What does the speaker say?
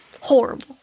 horrible